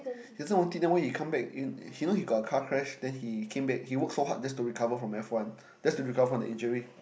he doesn't want it then why he come back you know he got a car crash then he came back he work so hard just to recover from F one just to recover from the injury